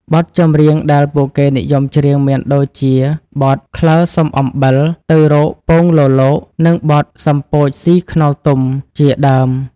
បទចម្រៀងដែលពួកគេនិយមច្រៀងមានដូចជាបទ «ក្លើសុំអំបិល» «ទៅរកពងលលក» និងបទ «សំពោចស៊ីខ្នុរទុំ» ជាដើម។